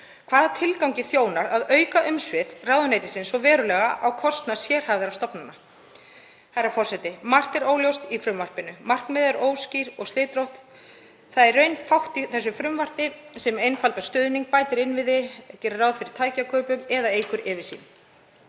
Hvaða tilgangi þjónar að auka umsvif ráðuneytisins svo verulega á kostnað sérhæfðra stofnana? Herra forseti. Margt er óljóst í frumvarpinu. Markmiðin eru óskýr og slitrótt. Það er í raun fátt í þessu frumvarpi sem einfaldar stuðning, bætir innviði, gerir ráð fyrir tækjakaupum eða eykur yfirsýn.